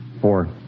Four